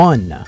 One